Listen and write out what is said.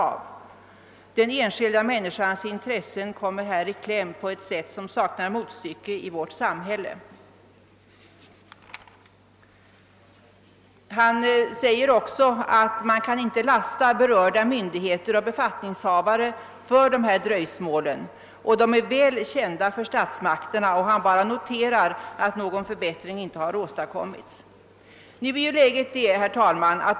JO anför vidare: »Den enskilda människans intressen kommer här i kläm på ett sätt som saknar motstycke i vårt samhälle.» JO uttalar också att man inte kan lasta berörda myndigheter och befattningshavare för dröjsmålen, som är väl kända för statsmakterna. JO bara konstaterar att någon förbättring inte åstadkommits.